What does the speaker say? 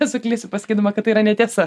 nesuklysiu pasakydama kad tai yra netiesa